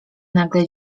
nagle